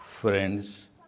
Friends